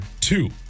two